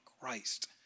Christ